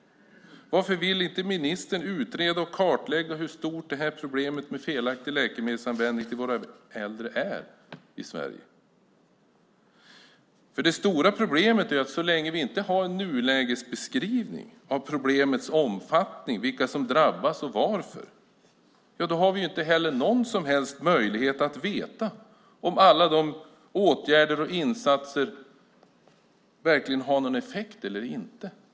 Varför vill inte ministern utreda och kartlägga hur stort problemet med felaktig läkemedelsanvändning till våra äldre är i Sverige? Det stora problemet är att så länge vi inte har en nulägesbeskrivning av problemets omfattning, vilka som drabbas och varför har vi inte någon som helst möjlighet att veta om alla åtgärder och insatser verkligen har någon effekt eller inte.